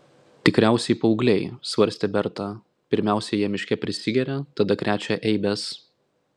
tikriausiai paaugliai svarstė berta pirmiausia jie miške prisigeria tada krečia eibes